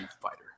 fighter